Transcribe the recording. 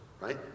Right